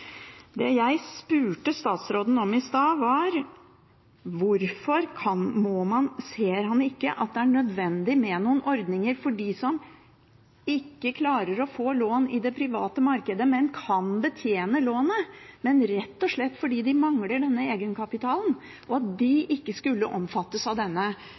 Det jeg spurte statsråden om i stad, var hvorfor han ikke ser at det er nødvendig med noen ordninger for dem som ikke klarer å få lån i det private markedet, men kan betjene et lån – rett og slett fordi de mangler denne egenkapitalen – og om ikke de skulle omfattes av denne